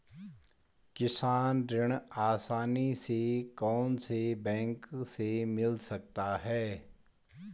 किसान ऋण आसानी से कौनसे बैंक से मिल सकता है?